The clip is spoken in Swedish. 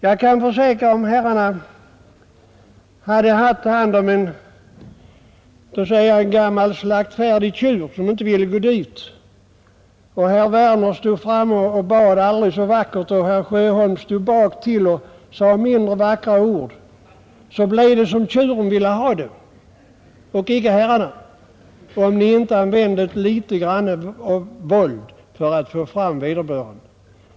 Jag kan försäkra herrarna att om ni hade haft hand om en gammal slaktfärdig tjur som inte ville gå upp på slaktbänken och om herr Werner hade stått framför honom och bett aldrig så vackert och herr Sjöholm hade stått bakom honom och sagt mindre vackra ord, så blev det ändå som tjuren och inte herrarna ville ha det, såvida ni inte använde något litet av våld.